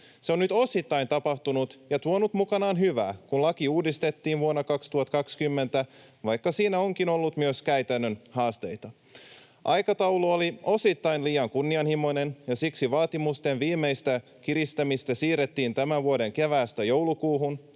Se on nyt osittain tapahtunut ja tuonut mukanaan hyvää, kun laki uudistettiin vuonna 2020, vaikka siinä onkin ollut myös käytännön haasteita. Aikataulu oli osittain liian kunnianhimoinen, ja siksi vaatimusten viimeistä kiristämistä siirrettiin tämän vuoden keväästä joulukuuhun.